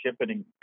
shipping